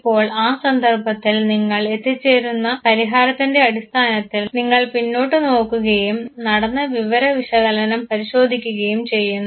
ഇപ്പോൾ ആ സന്ദർഭത്തിൽ നിങ്ങൾ എത്തിച്ചേരുന്ന പരിഹാരത്തിൻറെ അടിസ്ഥാനത്തിൽ നിങ്ങൾ പിന്നോട്ടു നോക്കുകയും നടന്ന വിവരവിശകലനം പരിശോധിക്കുകയും ചെയ്യുന്നു